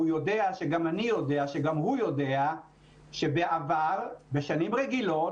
והוא יודע שגם אני יודע שגם הוא יודע שבעבר בשנים רגילות,